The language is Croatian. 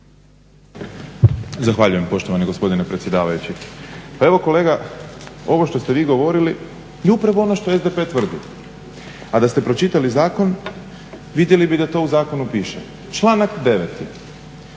Zahvaljujem poštovani gospodine predsjedavajući. Pa evo kolega ovo što ste vi govorili je upravo ono što SDP tvrdi, a da ste pročitali zakon vidjeli bi da to u zakonu piše, članak 9.